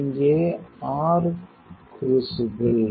இங்கே r crucible